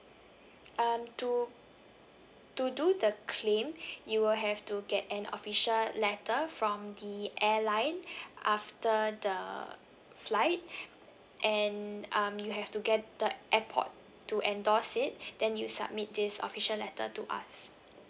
um to to do the claim you will have to get an official letter from the airline after the flight and um you have to get the airport to endorse it then you submit this official letter to us